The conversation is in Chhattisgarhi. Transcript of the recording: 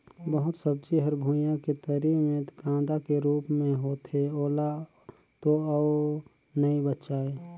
बहुत सब्जी हर भुइयां के तरी मे कांदा के रूप मे होथे ओला तो अउ नइ बचायें